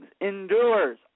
Endures